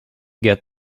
get